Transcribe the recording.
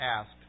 asked